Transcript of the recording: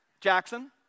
Jackson